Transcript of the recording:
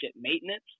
maintenance